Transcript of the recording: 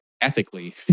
ethically